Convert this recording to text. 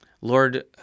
Lord